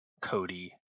Cody